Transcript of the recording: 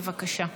בבקשה.